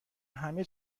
همه